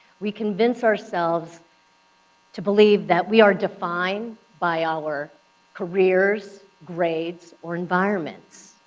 we convince ourselves to believe that we are defined by our careers, grades or environments.